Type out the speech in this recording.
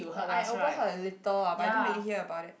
I overheard a little ah but I didn't really hear about it